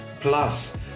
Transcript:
plus